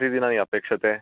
कति दिनानि अपेक्षते